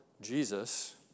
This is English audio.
Jesus